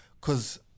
cause